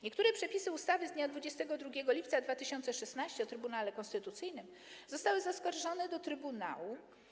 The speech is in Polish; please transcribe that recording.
Niektóre przepisy ustawy z dnia 22 lipca 2016 r. o Trybunale Konstytucyjnym zostały zaskarżone do trybunału.